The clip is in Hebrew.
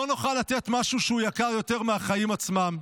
לא נוכל לתת משהו שהוא יקר יותר מהחיים עצמם,